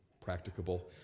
Practicable